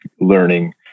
learning